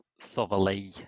thoroughly